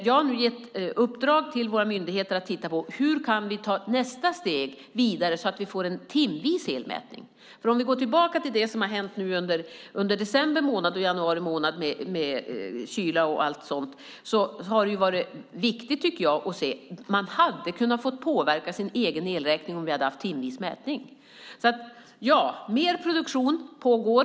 Jag har nu gett i uppdrag till våra myndigheter att titta på hur vi kan ta nästa steg vidare så att vi får en timvis elmätning. Om vi går tillbaka till det som har hänt nu under december och januari med kyla och sådant hade man då kunnat påverka sin egen elräkning om vi hade haft timvis mätning. Mer produktion pågår.